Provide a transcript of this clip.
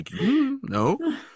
no